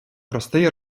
простий